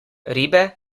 ribe